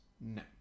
No